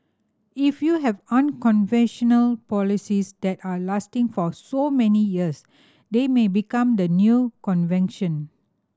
if you have unconventional policies that are lasting for so many years they may become the new convention